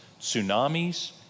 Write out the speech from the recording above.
tsunamis